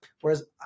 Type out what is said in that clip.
Whereas